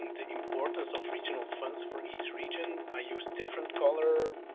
the importance of regional funds for each region, i use different colour,